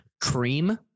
cream